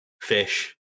Fish